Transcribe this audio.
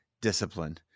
discipline